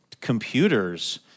computers